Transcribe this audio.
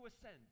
ascend